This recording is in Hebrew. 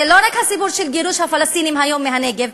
זה לא רק הסיפור של גירוש הפלסטינים היום מהנגב,